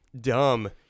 dumb